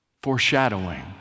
foreshadowing